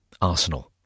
Arsenal